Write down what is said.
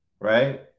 right